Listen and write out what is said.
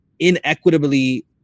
inequitably